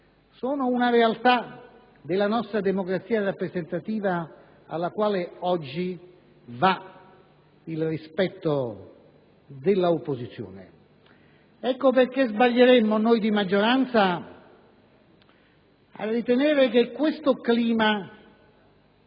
sono una realtà della nostra democrazia rappresentativa cui oggi va il rispetto dell'opposizione. Ecco perché sbaglieremmo noi di maggioranza a ritenere che questo clima